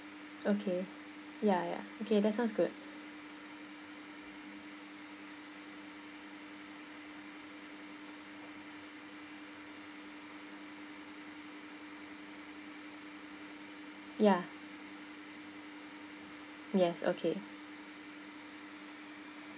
okay ya ya okay that sounds good ya yes okay